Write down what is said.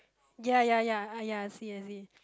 ya ya ya ah ya I see I see